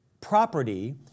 property